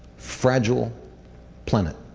fragile planet.